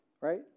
Right